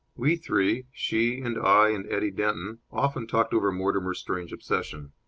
we three she and i and eddie denton often talked over mortimer's strange obsession.